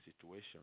situation